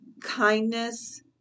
kindness